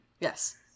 Yes